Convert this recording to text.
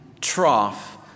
trough